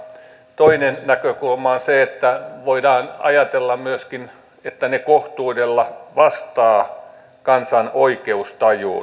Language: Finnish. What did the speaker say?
toinen näkökulma on se että voidaan ajatella myöskin että ne kohtuudella vastaavat kansan oikeustajuun